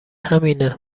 همینه